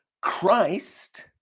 Christ